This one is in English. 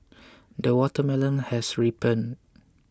the watermelon has ripened